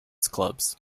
clubs